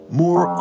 more